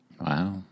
Wow